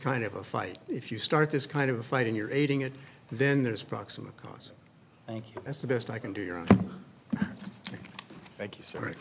kind of a fight if you start this kind of a fight in your aiding it then there's proximate cause i think that's the best i can do your own thank you s